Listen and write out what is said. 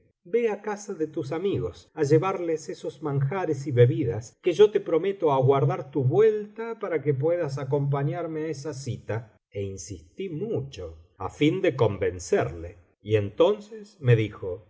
ve á casa de tus amigos á llevarles esos manjares y bebidas que yo te prometo aguardar tu vuelta para que puedas acompañarme á esa cita e insistí mucho á fin de convencerle y entonces me dijo